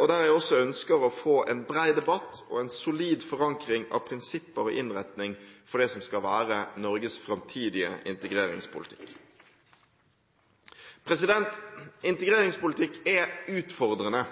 og der jeg også ønsker å få en bred debatt og en solid forankring av prinsipper i innretningen for det som skal være Norges framtidige integreringspolitikk. Integreringspolitikk er utfordrende.